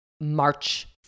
March